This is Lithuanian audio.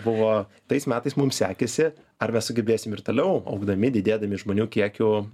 buvo tais metais mums sekėsi ar mes sugebėsim ir toliau augdami didėdami žmonių kiekiu